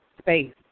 space